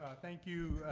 thank you,